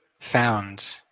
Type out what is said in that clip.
found